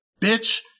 bitch